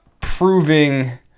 proving